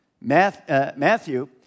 Matthew